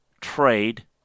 trade